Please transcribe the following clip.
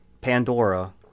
Pandora